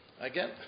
again